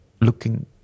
looking